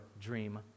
dream